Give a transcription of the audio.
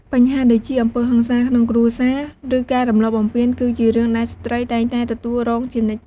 បញ្ហាដូចជា អំពើហិង្សាក្នុងគ្រួសារ ឬការរំលោភបំពាន គឺជារឿងដែលស្ត្រីតែងតែទទួលរងជានិច្ច។